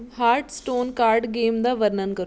heart stone card game ਦਾ ਵਰਣਨ ਕਰੋ